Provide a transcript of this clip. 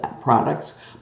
products